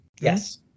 Yes